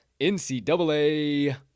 NCAA